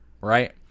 right